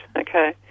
okay